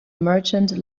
merchant